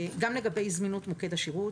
גם לגבי זמינות מוקד השירות.